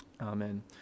Amen